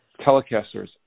Telecasters